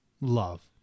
love